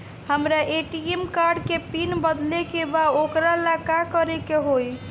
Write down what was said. हमरा ATM card के PIN बदले के बा वोकरा ला का करे के होई?